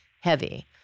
heavy